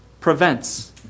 prevents